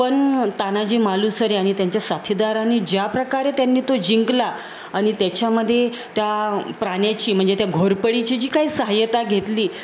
पण तानाजी मालुसरे आणि त्यांच्या साथीदाराने ज्याप्रकारे त्यांनी तो जिंकला आणि त्याच्यामध्ये त्या प्राण्याची म्हणजे त्या घोरपडीची जी काही सहाय्यता घेतली